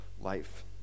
life